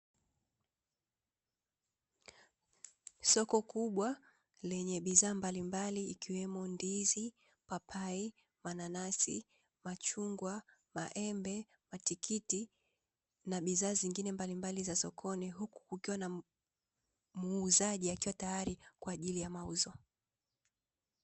Soko kubwa lenye bidhaa mbalimbali ikiwemo ndizi, papai, mananasi, machungwa, maembe, matikiti na bidhaa zingine mbalimbali za sokoni huku kukiwa na muuzaji akiwa tayari kwa ajili ya mauzo.